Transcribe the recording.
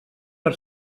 per